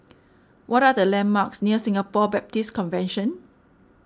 what are the landmarks near Singapore Baptist Convention